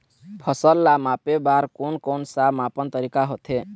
फसल ला मापे बार कोन कौन सा मापन तरीका होथे?